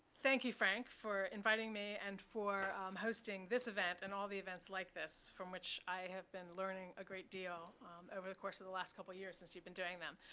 thank you, frank, for inviting me and for hosting this event and all the events like this, from which i have been learning a great deal over the course of the last couple of years since you've been doing them.